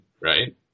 right